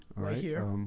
right here.